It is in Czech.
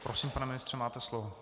Prosím, pane ministře, máte slovo.